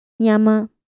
Yama